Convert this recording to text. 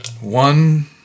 One